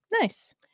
Nice